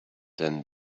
than